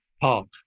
Park